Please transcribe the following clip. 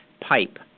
pipe